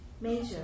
Major